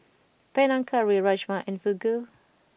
Panang Curry Rajma and Fugu